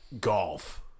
golf